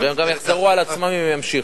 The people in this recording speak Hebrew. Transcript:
הן גם יחזרו על עצמן אם הן יימשכו.